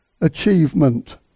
achievement